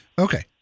Okay